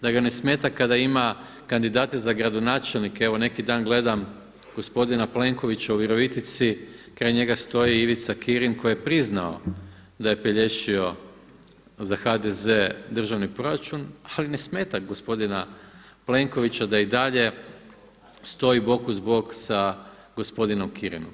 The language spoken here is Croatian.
Da ga ne smeta kada ima kandidate za gradonačelnike, evo neki dan gledam gospodina Plenkovića u Virovitici, kraj njega stoji Ivica Kirin koji je priznao da je pelješio za HDZ državni proračun ali ne smeta gospodina Plenkovića da i dalje stoji bok uz bok sa gospodinom Kirinom.